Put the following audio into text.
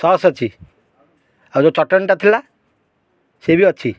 sauce ଅଛି ଆଉ ଯେଉଁ ଚଟଣୀଟା ଥିଲା ସେ ବି ଅଛି